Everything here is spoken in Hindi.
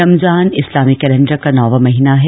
रमजान इस्लामी कैलेंडर का नोंवा महीना है